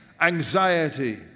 anxiety